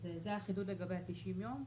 אז זה החידוד לגבי 90 הימים.